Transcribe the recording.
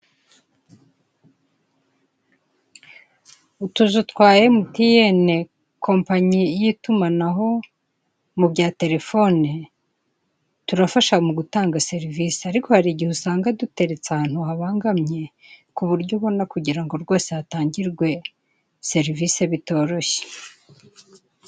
Utuzu twa emutiyeni kompanyi yitumanaho mu bya telefone turafasha mu gutanga serivisi ariko hari igihe usanga duteretse ahantu habangamye k'uburyo ubona kugirango rwose hatangirwe serivise bitoroshye.